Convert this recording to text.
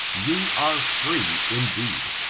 ye are free indeed.